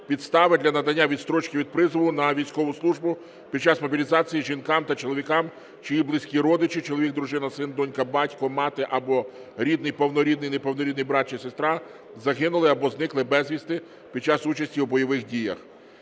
підстави для надання відстрочки від призову на військову службу під час мобілізації жінкам та чоловікам, чиї близькі родичі (чоловік, дружина, син, донька, батько, мати або рідний (повнорідний, неповнорідний) брат чи сестра) загинули або зникли безвісти під час участі у бойових діях.